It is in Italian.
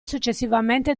successivamente